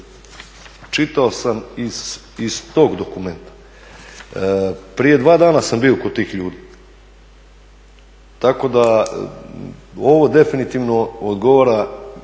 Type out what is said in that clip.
čitao sam iz tog dokumenta prije dva dana sam bio kod tih ljudi, tako da ovo definitivno odgovara